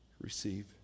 receive